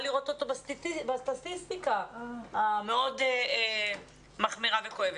לראות אותו בסטטיסטיקה המאוד מחמירה וכואבת?